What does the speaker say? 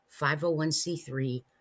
501c3